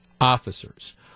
officers